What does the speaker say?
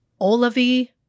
Olavi